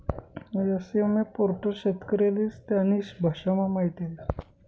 SMF portal शेतकरीस्ले त्यास्नी भाषामा माहिती देस